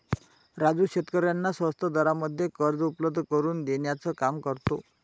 राजू शेतकऱ्यांना स्वस्त दरामध्ये कर्ज उपलब्ध करून देण्याचं काम करतो